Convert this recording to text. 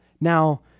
Now